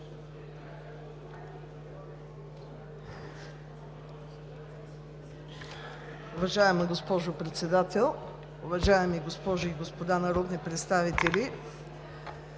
Уважаема госпожо Председател, уважаеми госпожи и господа народни представители!